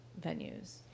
venues